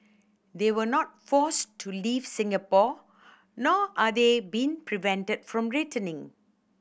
they were not forced to leave Singapore nor are they being prevented from returning